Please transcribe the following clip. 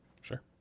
Sure